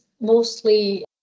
mostly